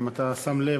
אם אתה שם לב,